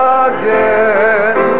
again